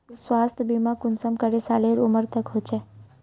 स्वास्थ्य बीमा कुंसम करे सालेर उमर तक होचए?